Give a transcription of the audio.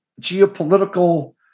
geopolitical